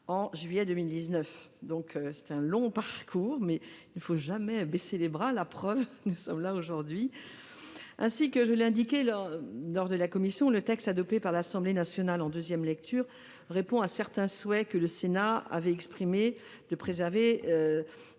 en juillet 2019. C'est un long parcours, mais il ne faut jamais baisser les bras ; la preuve : nous sommes là aujourd'hui. Ainsi que je l'ai indiqué en commission, le texte adopté par l'Assemblée nationale en deuxième lecture répond au souhait que le Sénat avait exprimé de préserver